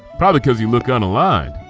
probably cause you look unaligned.